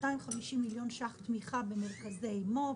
250 מיליון ש"ח תמיכה במרכזי מו"פ,